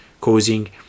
causing